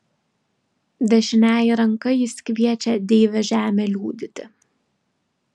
dešiniąja ranka jis kviečia deivę žemę liudyti